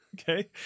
Okay